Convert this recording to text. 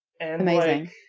Amazing